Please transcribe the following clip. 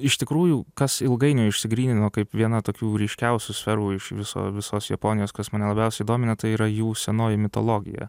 iš tikrųjų kas ilgainiui išsigrynino kaip viena tokių ryškiausių sferų iš viso visos japonijos kas mane labiausiai domina tai yra jų senoji mitologija